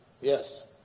Yes